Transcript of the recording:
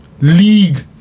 league